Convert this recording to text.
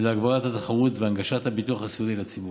להגברת התחרות ולהנגשת הביטוח הסיעודי לציבור.